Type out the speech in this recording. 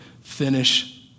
finish